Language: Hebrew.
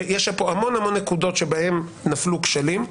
יש פה המון נקודות שבהן נפלו כשלים.